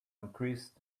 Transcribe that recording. increased